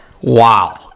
wow